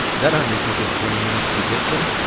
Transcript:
that only took us twenty minutes to get to!